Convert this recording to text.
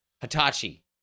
Hitachi